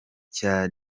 cya